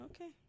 Okay